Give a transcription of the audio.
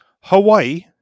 Hawaii